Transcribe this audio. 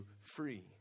free